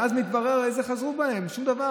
ואז מתברר: איזה חזרו בהם, שום דבר.